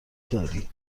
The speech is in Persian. داری